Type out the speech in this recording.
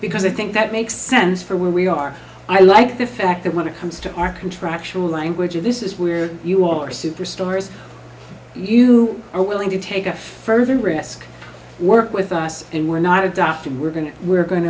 because i think that makes sense for where we are i like the fact that when it comes to our contractual language of this is where you are superstores you are willing to take a further risk work with us and we're not adopting we're going to we're go